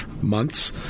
months